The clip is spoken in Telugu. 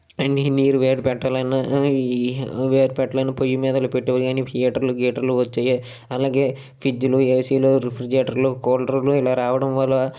నీరు వేడి పెట్టాలన్న వేడి పెట్టాలన్నా పొయ్యిలమీద పెట్టేవారు కాని ఇప్పుడు ఈ హిటర్లు గీటర్లు వచ్చేయి అలాగే ఫ్రిడ్జ్లు ఏసీలు రిఫ్రిజిరేటర్లు కూలర్లు ఇలా రావడం వలన